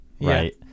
right